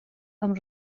amb